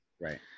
Right